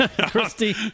christy